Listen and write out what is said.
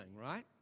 right